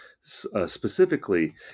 specifically